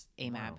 AMAB